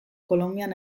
kolonbian